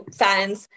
fans